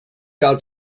out